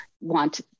want